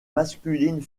masculines